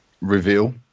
reveal